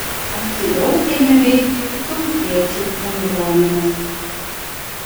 aktyviau ėmė veikti tautiečių bendruomenės